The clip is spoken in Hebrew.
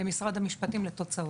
למשרד המשפטים לתוצאות.